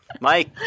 Mike